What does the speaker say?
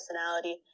personality